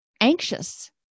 anxious